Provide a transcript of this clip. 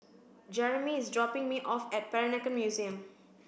Jeremy is dropping me off at Peranakan Museum